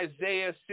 Isaiah